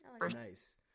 Nice